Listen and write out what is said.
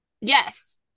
yes